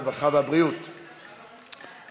הרווחה והבריאות נתקבלה.